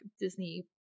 Disney